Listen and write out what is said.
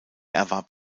erwarb